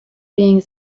being